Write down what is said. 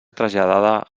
traslladada